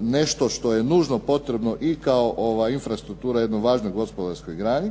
nešto što je nužno potrebno i kao infrastruktura jednoj važnoj gospodarskoj grani,